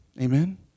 Amen